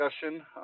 discussion